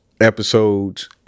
episodes